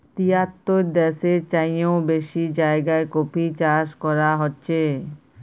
তিয়াত্তর দ্যাশের চাইয়েও বেশি জায়গায় কফি চাষ ক্যরা হছে